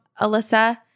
Alyssa